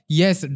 yes